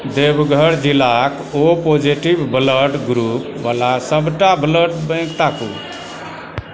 देवघर जिलाक O positive blood group वला सबटा ब्लड बैङ्क ताकू